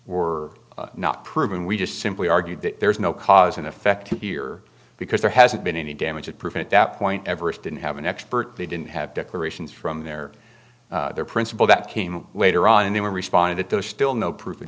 were not proven we just simply argued that there is no cause and effect here because there hasn't been any damage at present that point everest didn't have an expert they didn't have declarations from their their principal that came later on and they were responded that there's still no proof of